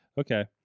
Okay